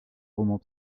romans